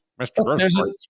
Mr